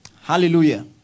Hallelujah